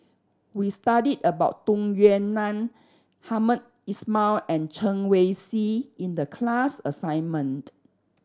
we studied about Tung Yue Nang Hamed Ismail and Chen Wen Hsi in the class assignment